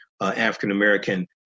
African-American